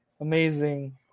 amazing